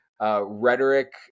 rhetoric